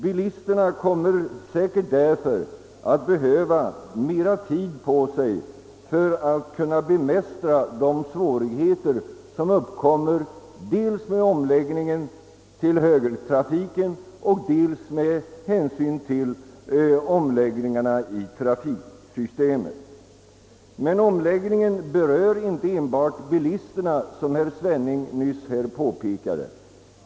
Bilisterna kommer därför säkert att behöva mera tid för att bemästra de svårigheter som uppkommer dels vid själva omläggningen av trafiken, dels vid övriga omläggningar i trafiksystemet. Men omläggningen berör inte enbart bilisterna, som herr Svenning nyss påpekade.